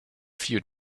few